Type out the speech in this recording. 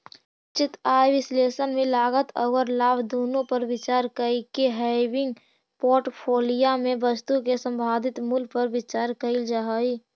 निश्चित आय विश्लेषण में लागत औउर लाभ दुनो पर विचार कईके हेविंग पोर्टफोलिया में वस्तु के संभावित मूल्य पर विचार कईल जा हई